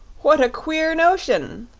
what a queer notion!